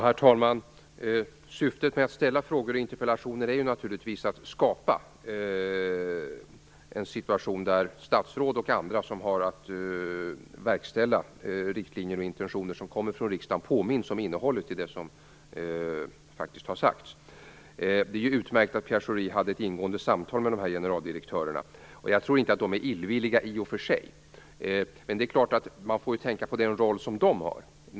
Herr talman! Syftet med att ställa frågor och interpellationer är naturligtvis att statsråd och andra, som har att verkställa de riktlinjer och intentioner som kommer från riksdagen, påminns om vad som faktiskt har sagts. Det är utmärkt att Pierre Schori hade ett ingående samtal med de två generaldirektörerna. Jag tror inte att de är illvilliga i och för sig, men det är klart att man får tänka på den roll som de har.